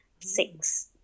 six